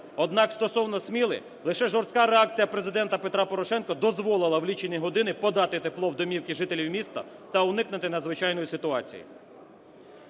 Однак стосовно Сміли лише жорстка реакція Президента Петра Порошенка дозволила в лічені години подати тепло в домівки жителів міста та уникнути надзвичайної ситуації.